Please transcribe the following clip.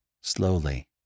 slowly